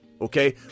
okay